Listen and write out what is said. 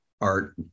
art